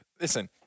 Listen